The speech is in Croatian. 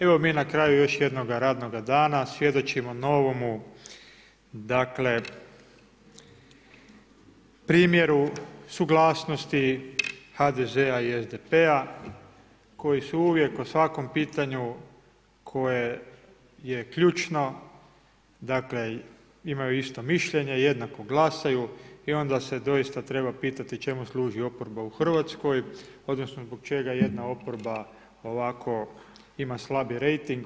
Evo mi na kraju još jednoga radnoga dana svjedočimo novomu primjeru suglasnosti HDZ-a i SDP-a koji su uvijek o svakom pitanju koje je ključno dakle, imaju isto mišljenje, jednako glasuju i onda se doista treba pitati čemu služi oporba u Hrvatskoj odnosno zbog čega jedna oporba ovako ima slabi reiting.